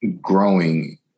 growing